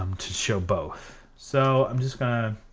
um to show both. so i'm just gonna, gonna,